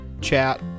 chat